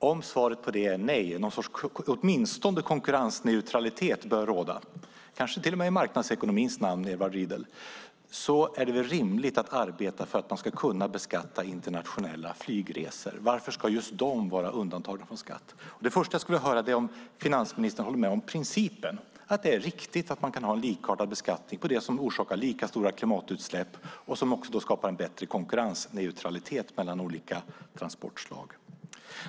Om svaret på det är nej, åtminstone någon sorts konkurrensneutralitet bör råda, kanske till och med i marknadsekonomins namn, Edward Riedl, är det väl rimligt att arbeta för att man ska kunna beskatta internationella flygresor. Varför ska just de vara undantagna från skatt? Det första jag skulle vilja höra är om finansministern håller med om principen att det är riktigt att ha likartad beskattning på det som orsakar lika stora klimatutsläpp och som skapar en bättre konkurrensneutralitet mellan olika transportslag.